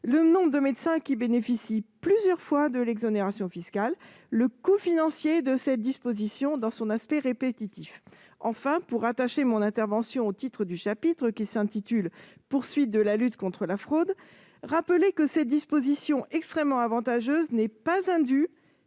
le nombre de médecins qui bénéficient plusieurs fois de l'exonération fiscale et le coût financier de cette disposition dans son aspect répétitif. Enfin, pour rattacher mon intervention au titre du chapitre III de ce projet de loi, « Poursuivre les actions de lutte contre la fraude », je rappelle que cette disposition extrêmement avantageuse n'est pas un dû,